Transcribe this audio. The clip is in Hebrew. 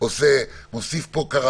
באותו חדר